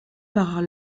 par